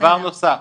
דבר נוסף,